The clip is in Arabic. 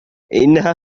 إنها